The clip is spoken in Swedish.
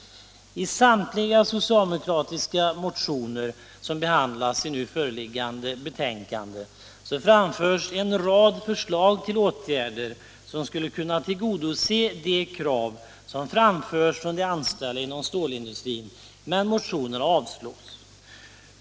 I samtliga socialdemokratiska motioner som behandlas i nu föreliggande betänkande framförs en rad förslag till åtgärder som skulle kunna tillgodose de krav som framförs från de anställda inom stålindustrin. Men motionerna avstyrks.